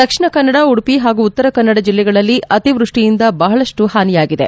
ದಕ್ಷಿಣ ಕನ್ನಡ ಉಡುಪಿ ಹಾಗೂ ಉತ್ತರ ಕನ್ನಡ ಜಿಲ್ಲೆಗಳಲ್ಲಿ ಅತಿವೃಷ್ಷಿಯಿಂದ ಬಹಳಷ್ಟು ಹಾನಿಯಾಗಿದೆ